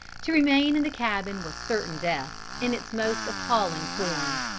to remain in the cabin was certain death, in its most appalling form.